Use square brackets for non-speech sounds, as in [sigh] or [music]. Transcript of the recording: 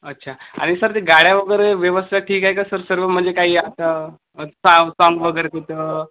अच्छा आणि सर ते गाड्या वगैरे व्यवस्था ठीक आहे का सर सर्व म्हणजे काही आता [unintelligible] वगैरे कुठं